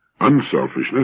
unselfishness